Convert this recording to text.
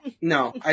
No